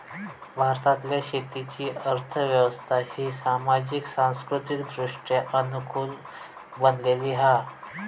भारतातल्या शेतीची अर्थ व्यवस्था ही सामाजिक, सांस्कृतिकदृष्ट्या अनुकूल बनलेली हा